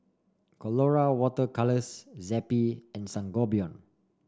Colora Water Colours Zappy and Sangobion